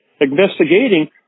investigating